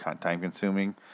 time-consuming